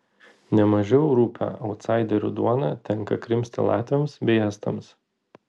ne mažiau rupią autsaiderių duoną tenka krimsti latviams bei estams